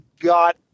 got